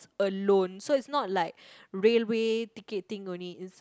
alone so it's not like railway ticketing only is